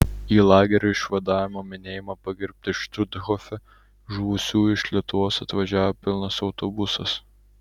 į lagerio išvadavimo minėjimą pagerbti štuthofe žuvusiųjų iš lietuvos atvažiavo pilnas autobusas